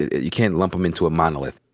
you can't lump em into a monolith.